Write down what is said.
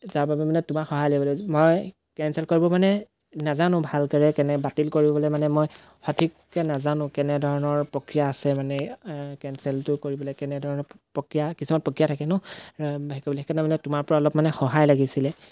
যাৰ বাবে মানে তোমাৰ সহায় লাগিব মই কেঞ্চেল কৰিব মানে নাজানো ভালকৈ বাতিল কৰিবলৈ মানে মই সঠিককৈ নাজানো কেনেধৰণৰ প্ৰক্ৰিয়া আছে মানে কেনচেলটো কৰিবলৈ কেনেধৰণৰ প্ৰক্ৰিয়া কিছুমান প্ৰক্ৰিয়া থাকে ন হেৰি কৰিবলৈ সেইকাৰণে মানে তোমাৰপৰা অলপ মানে সহায় লাগিছিলে